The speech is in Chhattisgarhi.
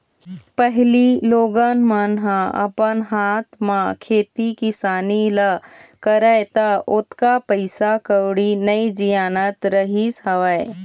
पहिली लोगन मन ह अपन हाथ म खेती किसानी ल करय त ओतका पइसा कउड़ी नइ जियानत रहिस हवय